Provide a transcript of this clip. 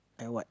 and what